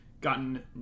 gotten